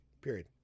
period